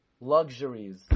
Luxuries